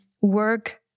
work